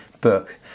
book